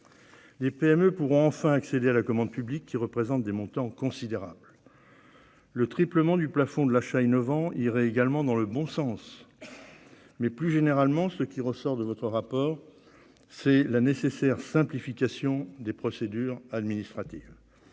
Les PME pourraient ainsi enfin accéder à la commande publique, qui représente des montants considérables. Le triplement du plafond de l'achat innovant irait également dans le bon sens. Plus généralement, ce qui ressort du rapport d'information, c'est la nécessaire simplification des procédures administratives.